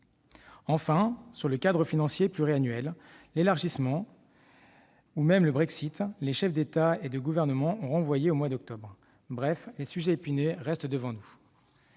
ailleurs du cadre financier pluriannuel, de l'élargissement ou même du Brexit, les chefs d'État et de gouvernement ont renvoyé ces dossiers au mois d'octobre. Bref, les sujets épineux restent devant nous.